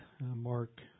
Mark